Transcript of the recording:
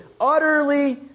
utterly